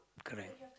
correct